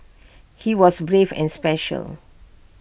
he was brave and special